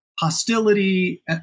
hostility